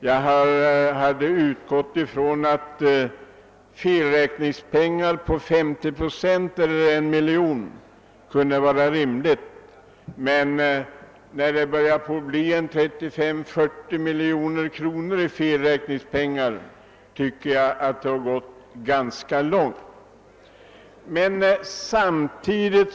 Jag anser att en felräkning på 50 procent i detta fall, dvs. 1 miljon kronor, är en rimlig summa, men när det börjar röra sig om 35—40 miljoner kronor tycker jag att det har gått litet för långt.